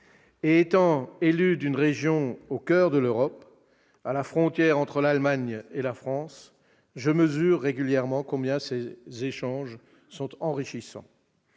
Étant élu d'une région située au coeur de l'Europe, à la frontière entre l'Allemagne et la France, je mesure régulièrement combien ces échanges sont enrichissants.